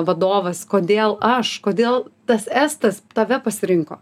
vadovas kodėl aš kodėl tas estas tave pasirinko